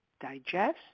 digest